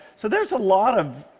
so there's a lot of